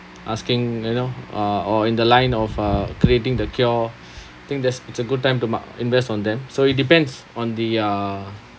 asking you know uh or in the line of uh creating the cure I think there's it's a good time to ma~ invest on them so it depends on the uh